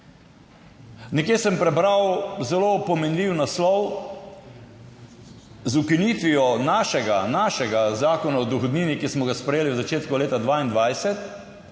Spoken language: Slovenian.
Nekje sem prebral zelo pomenljiv naslov, z ukinitvijo našega, našega Zakona o dohodnini, ki smo ga sprejeli v začetku leta 2022,